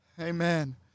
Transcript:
amen